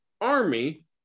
Army